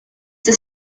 the